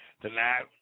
tonight